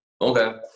Okay